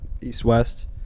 East-West